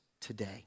today